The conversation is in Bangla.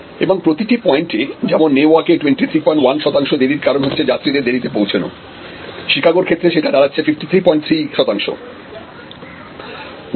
এবং প্রতিটি পয়েন্টে যেমন নেওয়ার্কে 231 শতাংশ দেরির কারণ হচ্ছে যাত্রীদের দেরিতে পৌঁছানো চিকাগোর ক্ষেত্রে সেটা দাঁড়াচ্ছে 533 শতাংশ